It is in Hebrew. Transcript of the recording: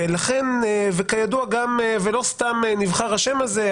ולא סתם נבחר השם הזה,